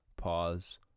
Pause